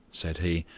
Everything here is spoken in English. said he,